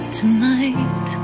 tonight